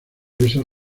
esas